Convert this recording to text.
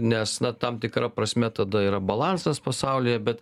nes na tam tikra prasme tada yra balansas pasaulyje bet